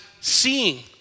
seeing